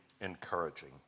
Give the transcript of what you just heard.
encouraging